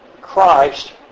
Christ